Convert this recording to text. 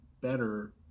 better